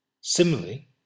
Similarly